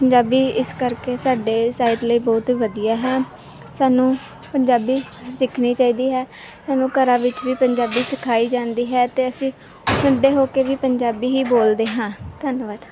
ਪੰਜਾਬੀ ਇਸ ਕਰਕੇ ਸਾਡੇ ਸਾਹਿਤ ਲਈ ਬਹੁਤ ਹੀ ਵਧੀਆ ਹੈ ਸਾਨੂੰ ਪੰਜਾਬੀ ਸਿੱਖਣੀ ਚਾਹੀਦੀ ਹੈ ਸਾਨੂੰ ਘਰਾਂ ਵਿੱਚ ਵੀ ਪੰਜਾਬੀ ਸਿਖਾਈ ਜਾਂਦੀ ਹੈ ਅਤੇ ਅਸੀਂ ਵੱਡੇ ਹੋ ਕੇ ਵੀ ਪੰਜਾਬੀ ਹੀ ਬੋਲਦੇ ਹਾਂ ਧੰਨਵਾਦ